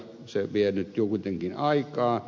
se vie nyt kuitenkin aikaa